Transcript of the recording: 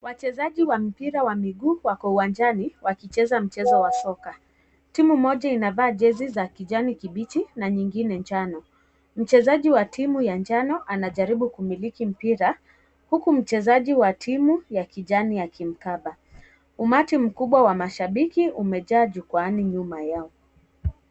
Wachezaji wa mpira wa miguu wako uwanjani wakicheza mchezo wa soka, timu moja inavaa jezi za kijani kibichi na nyingine njano. Mchezaji wa timu ya njano anajaribu kumiliki mpira huku mchezaji wa timu ya kijani akimkaba. Umati mkubwa wa mashabiki umejaa jukwaani nyuma Yao.